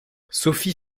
sophie